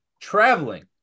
traveling